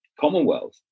commonwealth